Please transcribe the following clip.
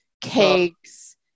cakes